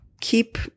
keep